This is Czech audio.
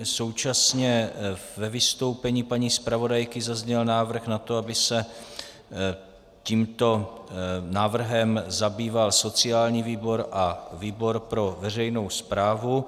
Současně ve vystoupení paní zpravodajky zazněl návrh na to, aby se tímto návrhem zabýval sociální výbor a výbor pro veřejnou správu.